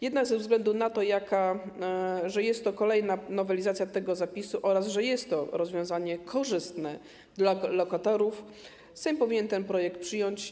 Jednak ze względu na to, że jest to kolejna nowelizacja tego zapisu oraz że jest to rozwiązanie korzystne dla lokatorów, Sejm powinien ten projekt przyjąć.